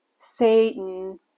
Satan